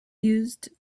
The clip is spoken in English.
used